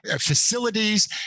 facilities